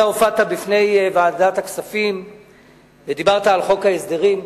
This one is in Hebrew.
אתה הופעת בפני ועדת הכספים ודיברת על חוק ההסדרים,